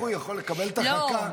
איך ילד יכול לקבל את החכה,